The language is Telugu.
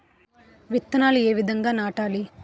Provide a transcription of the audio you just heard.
విత్తనాలు ఏ విధంగా నాటాలి?